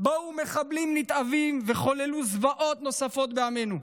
באו מחבלים נתעבים וחוללו זוועות נוספות בעמנו,